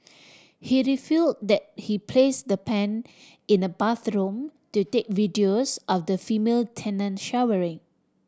he refill that he place the pen in the bathroom to take videos of the female tenant showering